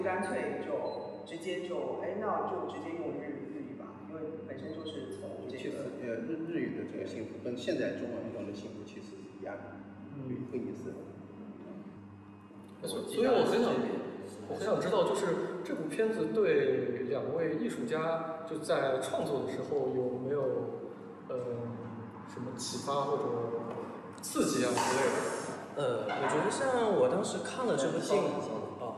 干脆就直接就- 哎，那就直接用日语- 日语吧，因为本身就是从这个-其实，呃，日- 日语的这个幸福，跟现在中文用的幸福其实是一样的，嗯。会- 会一致的。嗯，对。所- 所以我很想-我记得是这边。我很想知道就是这部片子对两位艺术家就在创作的时候有没有，呃，什么启发或者刺激啊之类的？呃，我觉得像我当时看了这部电影，哦。